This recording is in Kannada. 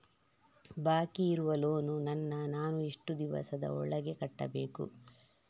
ಬಾಕಿ ಇರುವ ಲೋನ್ ನನ್ನ ನಾನು ಎಷ್ಟು ದಿವಸದ ಒಳಗೆ ಕಟ್ಟಬೇಕು?